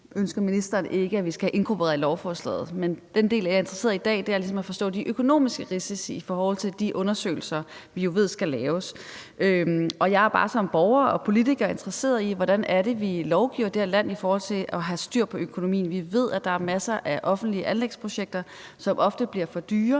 ønsker ministeren ikke at vi skal have inkorporeret i lovforslaget. Men den del, jeg er interesseret i i dag, er ligesom at forstå de økonomiske risici i forhold til de undersøgelser, vi ved skal laves. Jeg er bare som borger og politiker interesseret i, hvordan det er, vi lovgiver i det her land, i forhold til at have styr på økonomien. Vi ved, at der er masser af offentlige anlægsprojekter, som ofte bliver for dyre,